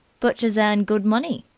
butchers earn good money,